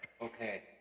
Okay